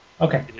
Okay